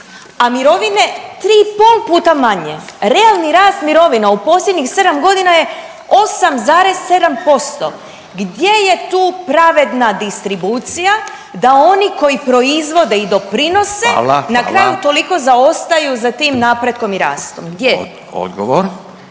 a mirovine 3 i pol puta manje. Realni rast mirovina u posljednjih 7 godina je 8,7%. Gdje je tu pravedna distribucija da oni koji proizvode i doprinose na kraju toliko zaostaju za tim napretkom i rastom? Gdje